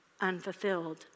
unfulfilled